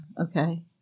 okay